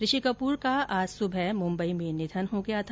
ऋषि कप्र का आज सुबह मुंबई में निधन हो गया था